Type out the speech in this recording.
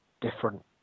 different